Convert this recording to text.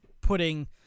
putting